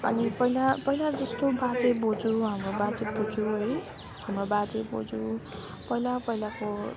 अनि पहिला पहिला जस्तो बाजे बोजू हाम्रो बाजे बोजू है हाम्रा बाजे बोजू पहिला पहिलाको